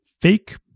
fake